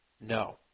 No